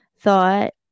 thought